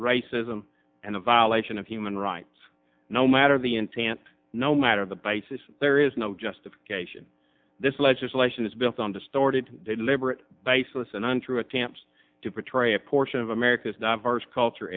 them and the violation of human rights no matter the intent no matter the basis there is no justification this legislation is built on distorted deliberate baseless and untrue attempts to portray a portion of america's not ours culture